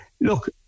look